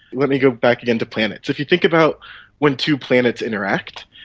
let me go back again to planets. if you think about when two planets interact,